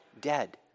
dead